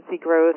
growth